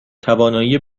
توانایی